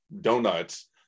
donuts